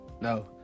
No